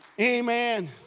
Amen